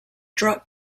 drug